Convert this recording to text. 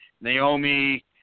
Naomi